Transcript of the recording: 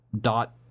dot